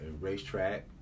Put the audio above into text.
racetrack